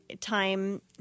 time